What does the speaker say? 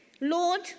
Lord